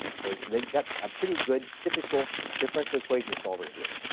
so they've got a pretty good, typical differential equation solver here.